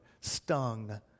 stung